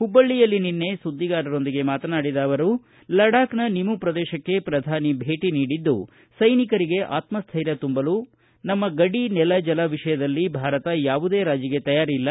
ಹುಬ್ಬಳ್ಳಿಯಲ್ಲಿ ನಿನ್ನೆ ಸುದ್ದಿಗಾರರೊಂದಿಗೆ ಮಾತನಾಡಿದ ಅವರು ಲಡಾಕ್ನ ನಿಮು ಪ್ರದೇಶಕ್ಕೆ ಪ್ರಧಾನಿ ಭೇಟಿ ನೀಡಿದ್ದು ಸೈನಿಕರಿಗೆ ಆತ್ಮ ಸ್ಟೈರ್ಯ ತುಂಬಲು ನಮ್ಮ ಗಡಿ ನೆಲ ಜಲ ವಿಷಯದಲ್ಲಿ ಭಾರತ ರಾಜೀಗೆ ತಯಾರಿಲ್ಲ